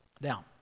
Now